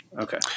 Okay